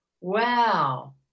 wow